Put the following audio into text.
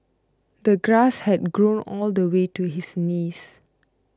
the grass had grown all the way to his knees